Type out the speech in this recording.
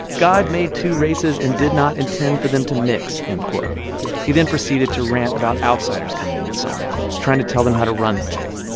god made two races and did not intend for them to mix. and he then proceeded to rant about outsiders coming into selma trying to tell them how to run things.